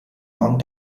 long